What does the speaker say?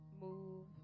move